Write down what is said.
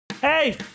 hey